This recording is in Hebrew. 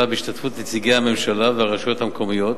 בהשתתפות נציגי הממשלה והרשויות המקומיות,